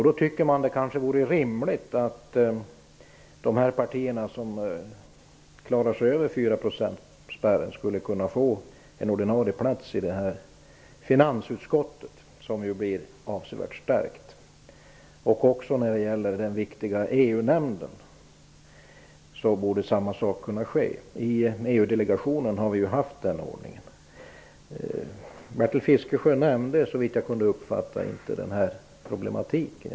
Då tycker man kanske att det vore rimligt att de partier som klarar sig över 4-procentsspärren fick en ordinarie plats i finansutskottet, som ju blir avsevärt stärkt. Detsamma gäller den viktiga EU nämnden. I EU-delegationen har vi ju haft den ordningen. Bertil Fiskesjö nämnde inte den här problematiken.